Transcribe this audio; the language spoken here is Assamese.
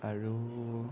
আৰু